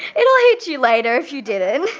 it will hit you later if you didn't.